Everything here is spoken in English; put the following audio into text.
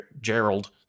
Gerald